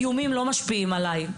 איומים לא משפיעים עלי.